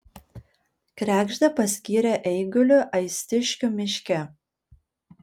kregždę paskyrė eiguliu aistiškių miške